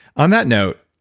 on that note,